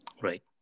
Right